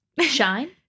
shine